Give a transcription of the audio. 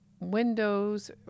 windows